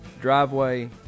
driveway